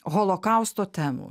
holokausto temų